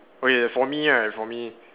okay for me right for me